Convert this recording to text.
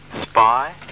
Spy